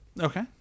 Okay